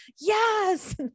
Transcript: Yes